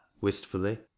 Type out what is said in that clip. Wistfully